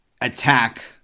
attack